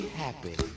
happy